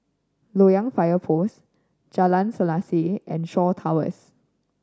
Loyang Fire Post Jalan Selaseh and Shaw Towers